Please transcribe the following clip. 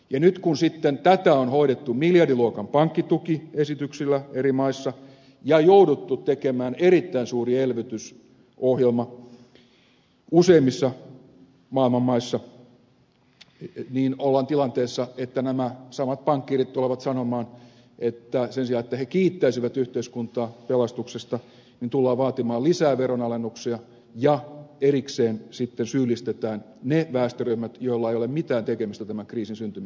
ja nyt kun sitten tätä on hoidettu miljardiluokan pankkitukiesityksillä eri maissa ja jouduttu tekemään erittäin suuri elvytysohjelma useimmissa maailman maissa ollaan tilanteessa että nämä samat pankkiirit tulevat vaatimaan sen sijaan että he kiittäisivät yhteiskuntaa pelastuksesta lisää veronalennuksia ja erikseen sitten syyllistetään ne väestöryhmät joilla ei ole mitään tekemistä tämän kriisin syntymisen kanssa